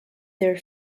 their